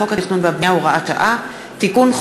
חוק התכנון והבנייה (הוראת שעה) (תיקון,